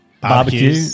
Barbecue